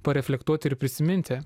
pareflektuot ir prisiminti